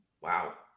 Wow